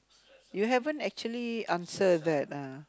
you haven't actually answered that ah